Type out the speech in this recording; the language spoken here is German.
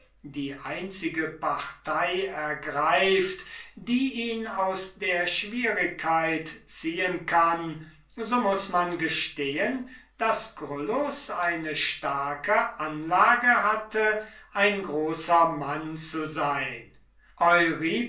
die einzige partei ergreift die ihn aus der schwierigkeit ziehen kann so muß man gestehen daß gryllus eine starke anlage hatte ein großer mann zu sein